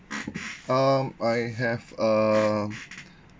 um I have a